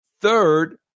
Third